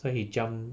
so he jumped